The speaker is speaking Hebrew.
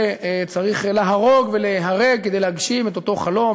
וצריך להרוג ולהיהרג כדי להגשים את אותו חלום,